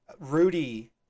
rudy